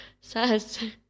says